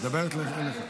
היא מדברת אליך.